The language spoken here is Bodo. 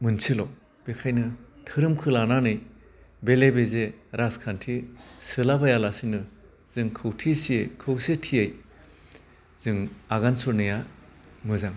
मोनसेल' बेखायनो धोरोमखौ लानानै बेले बेजे राजखान्थि सोलाबायालासिनो जों खौसेथियै जों आगान सुरनाया मोजां